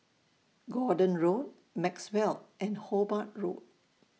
Gordon Road Maxwell and Hobart Road